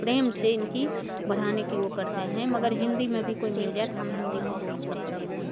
प्रेम से इनकी बढ़ाने की वह करते हैं मगर हिंदी में भी कोई मिल जाए तो हम हिंदी में बोल सकते हैं